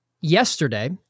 yesterday